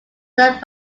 served